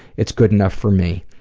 it's good enough for me.